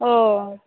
ও